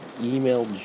email